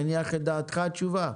מניחה את דעתך התשובה?